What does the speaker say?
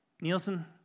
Nielsen